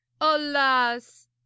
Alas